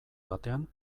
batean